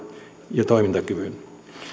ja toimintakyvyn